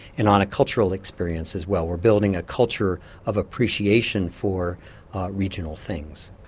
and on a cultural experience as well. we're building a culture of appreciation for regional things.